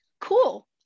cool